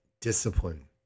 discipline